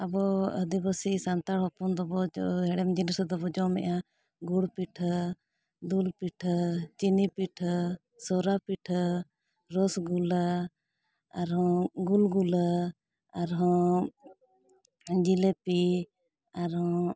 ᱟᱵᱚ ᱟᱹᱫᱤᱵᱟᱹᱥᱤ ᱥᱟᱱᱛᱟᱲ ᱦᱚᱯᱚᱱ ᱫᱚᱵᱚ ᱦᱮᱲᱮᱢ ᱡᱤᱱᱤᱥ ᱫᱚᱵᱚ ᱡᱚᱢᱮᱫᱼᱟ ᱜᱩᱲ ᱯᱤᱴᱷᱟᱹ ᱫᱩᱞ ᱯᱤᱴᱷᱟᱹ ᱪᱤᱱᱤ ᱯᱤᱴᱷᱟᱹ ᱥᱚᱨᱟ ᱯᱤᱴᱷᱟᱹ ᱨᱚᱥᱜᱩᱞᱞᱟ ᱟᱨᱦᱚᱸ ᱜᱩᱞᱜᱩᱞᱟᱹ ᱟᱨᱦᱚᱸ ᱡᱤᱞᱮᱯᱤ ᱟᱨᱦᱚᱸ